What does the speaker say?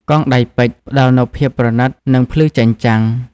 កងដៃពេជ្រ ផ្តល់នូវភាពប្រណិត និងភ្លឺចែងចាំង។